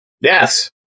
Yes